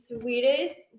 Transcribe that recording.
sweetest